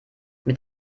mit